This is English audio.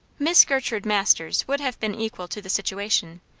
miss gertrude masters would have been equal to the situation,